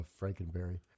Frankenberry